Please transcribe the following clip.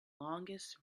longest